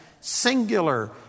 singular